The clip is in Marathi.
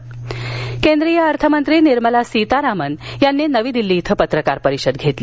अर्थमंत्री केंद्रीय अर्थमंत्री निर्मला सीतारामन यांनी नवी दिल्ली इथं पत्रकार परिषद घेतली